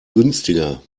günstiger